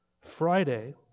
Friday